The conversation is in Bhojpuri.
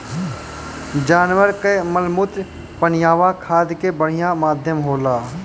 जानवर कअ मलमूत्र पनियहवा खाद कअ बढ़िया माध्यम होला